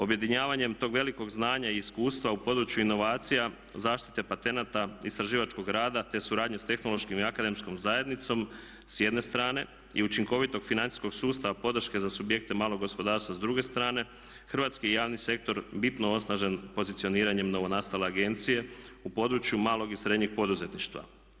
Objedinjavanjem tog velikog znanja i iskustva u području inovacija, zaštite patenata, istraživačkog rada, te suradnje s tehnološkim i akademskom zajednicom s jedne strane i učinkovitog financijskog sustava podrške za subjekte malog gospodarstva s druge strane hrvatski javni sektor je bitno osnažen pozicioniranjem novonastale agencije u području malog i srednjeg poduzetništva.